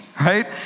right